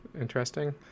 interesting